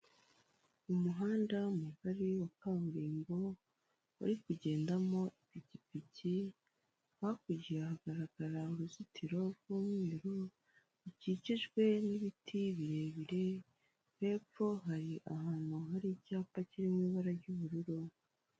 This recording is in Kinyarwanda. Umuhanda mugari wa kaburimbo wari kugendamo igipiki hakurya hagaragara uruzitiro rw'umweru rukikijwe n'ibiti birebire hepfo hari ahantu hari icyapa kiririmo ibara ry'ubururu